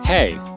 Hey